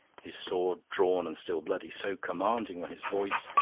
his sword drawn and still bloody, so commanding were his voice,